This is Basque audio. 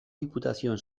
diputazioen